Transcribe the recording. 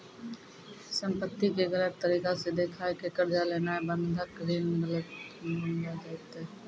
संपत्ति के गलत तरिका से देखाय के कर्जा लेनाय बंधक ऋण गलत मानलो जैतै